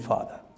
Father